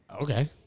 Okay